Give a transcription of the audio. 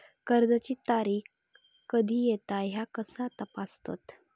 कर्जाची तारीख कधी येता ह्या कसा तपासतत?